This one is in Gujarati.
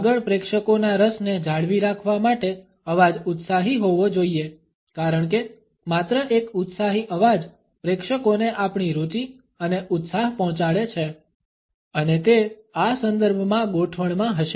આગળ પ્રેક્ષકોના રસને જાળવી રાખવા માટે અવાજ ઉત્સાહી હોવો જોઈએ કારણ કે માત્ર એક ઉત્સાહી અવાજ પ્રેક્ષકોને આપણી રુચિ અને ઉત્સાહ પહોંચાડે છે અને તે આ સંદર્ભમાં ગોઠવણમાં હશે